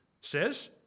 says